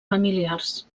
familiars